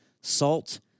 salt